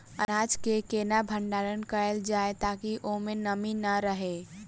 अनाज केँ केना भण्डारण कैल जाए ताकि ओई मै नमी नै रहै?